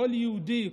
כל יהודי,